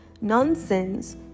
nonsense